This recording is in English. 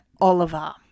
Oliver